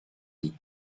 des